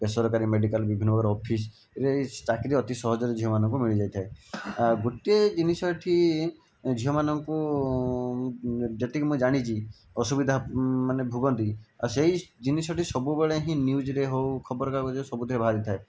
ବେସରକାରୀ ମେଡ଼ିକାଲ ବିଭିନ୍ନ ପ୍ରକାର ଅଫିସ ରେ ଏହି ଚାକିରି ଅତି ସହଜରେ ଝିଅମାନଙ୍କୁ ମିଳିଯାଇଥାଏ ଗୋଟିଏ ଜିନିଷ ଏଠି ଝିଅମାନଙ୍କୁ ଯେତିକି ମୁଁ ଜାଣିଛି ଅସୁବିଧା ମାନେ ଭୋଗନ୍ତି ଆଉ ସେହି ଜିନିଷଟି ସବୁବେଳେ ହିଁ ନ୍ୟୁଜରେ ହେଉ ଖବରକାଗଜରେ ସବୁଥିରେ ବାହାରିଥାଏ